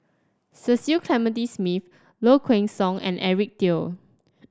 Cecil Clementi Smith Low Kway Song and Eric Teo